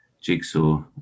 jigsaw